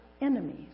enemies